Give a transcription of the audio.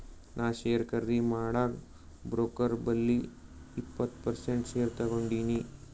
ನಾ ಶೇರ್ ಖರ್ದಿ ಮಾಡಾಗ್ ಬ್ರೋಕರ್ ಬಲ್ಲಿ ಇಪ್ಪತ್ ಪರ್ಸೆಂಟ್ ಶೇರ್ ತಗೊಂಡಿನಿ